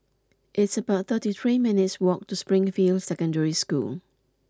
it's about thirty three minutes' walk to Springfield Secondary School